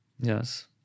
Yes